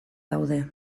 daude